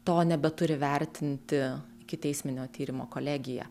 to nebeturi vertinti ikiteisminio tyrimo kolegija